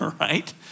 right